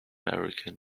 american